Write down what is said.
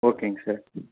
ஓகேங்க சார்